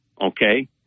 okay